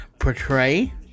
portray